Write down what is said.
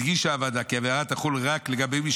הדגישה הוועדה כי העבירה תחול רק לגבי מי